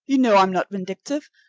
you know i'm not vindictive,